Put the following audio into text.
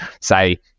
say